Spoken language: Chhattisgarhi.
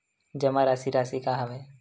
जमा राशि राशि का हरय?